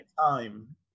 time